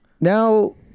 now